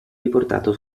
riportato